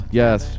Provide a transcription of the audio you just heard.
yes